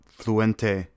fluente